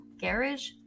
garage